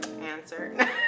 answer